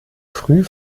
früh